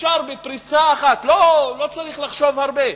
אפשר בפריצה אחת, לא צריך לחשוב הרבה,